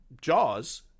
Jaws